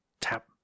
Tap